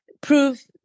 prove